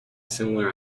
similar